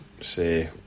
say